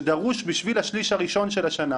שדרוש בשביל השליש הראשון של השנה.